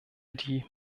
die